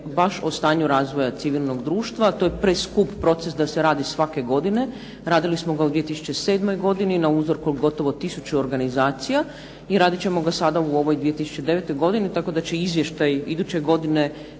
baš o stanju razvoja civilnog društva. To je preskup proces da se radi svake godine. Radili smo ga u 2007. godini na uzorku od gotovo tisuću organizacija i radit ćemo ga sada u ovoj 2009. godini tako da će izvještaj iduće godine,